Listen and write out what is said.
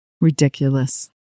Ridiculous